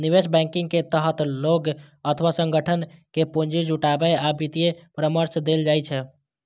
निवेश बैंकिंग के तहत लोग अथवा संगठन कें पूंजी जुटाबै आ वित्तीय परामर्श देल जाइ छै